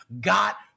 got